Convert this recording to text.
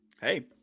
Hey